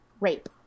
rape